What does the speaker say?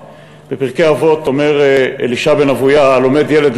בפרקי אבות אומר אלישע בן אבויה: הלומד ילד,